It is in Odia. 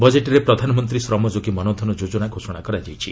ବଜେଟ୍ରେ ପ୍ରଧାନମନ୍ତ୍ରୀ ଶ୍ରମ ଯୋଗୀ ମନଧନ ଯୋଜନା ଘୋଷଣା କରାଯାଇଛି